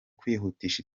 kwihutisha